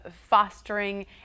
fostering